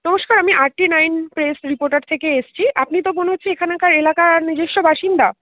নমস্কার আমি R T nine press reporter থেকে এসেছি আপনি তো মনে হচ্ছে এখানকার এলাকার নিজস্ব বাসিন্দা